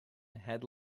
had